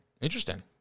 Interesting